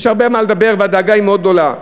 יש הרבה מה לדבר והדאגה היא מאוד גדולה.